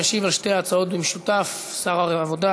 ישיב על שתי ההצעות במשותף שר העבודה,